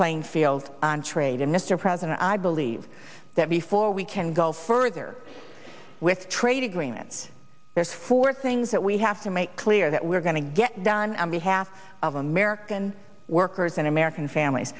playing field on trade and mr president i believe that before we can go further with trade agreements there's four things that we have to make clear that we're going to get done on behalf of american workers and american families